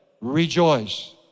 rejoice